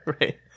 Right